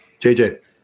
JJ